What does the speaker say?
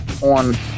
on